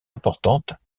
importante